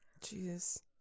Jesus